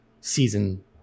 season